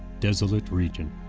desolate region.